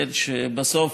שבסוף,